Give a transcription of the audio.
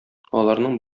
аларның